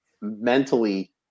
mentally